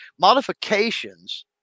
Modifications